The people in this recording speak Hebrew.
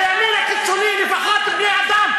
הימין הקיצוני לפחות בני-אדם,